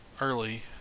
early